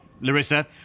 Larissa